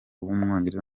w’umwongereza